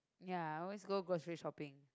ya I always go grocery shopping